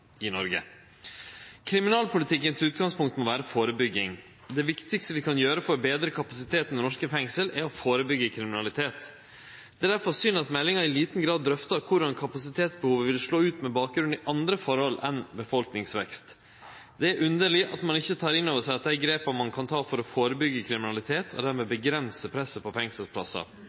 i Noreg. Utgangspunktet for kriminalpolitikken må vere førebygging. Det viktigaste vi kan gjere for å betre kapasiteten i norske fengsel, er å førebyggje kriminalitet. Det er difor synd at meldinga i liten grad drøftar korleis kapasitetsbehovet ville slått ut med bakgrunn i andre forhold enn befolkningsvekst. Det er underleg at ein ikkje tek inn over seg at dei grepa ein kan ta for å førebyggje kriminalitet, er med på å dempe presset på fengselsplassar.